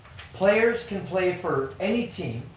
players can play for any team,